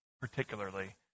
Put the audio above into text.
particularly